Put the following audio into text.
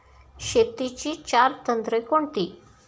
शेतीची चार तंत्रे कोणती?